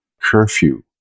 curfew